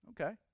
Okay